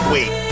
Wait